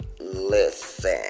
Listen